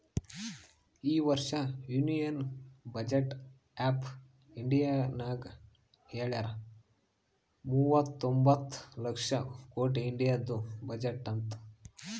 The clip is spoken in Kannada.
ಈ ವರ್ಷ ಯೂನಿಯನ್ ಬಜೆಟ್ ಆಫ್ ಇಂಡಿಯಾನಾಗ್ ಹೆಳ್ಯಾರ್ ಮೂವತೊಂಬತ್ತ ಲಕ್ಷ ಕೊಟ್ಟಿ ಇಂಡಿಯಾದು ಬಜೆಟ್ ಅಂತ್